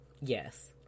Yes